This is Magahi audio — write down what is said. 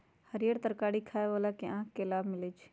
हरीयर तरकारी खाय से आँख के लाभ मिलइ छै